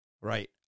right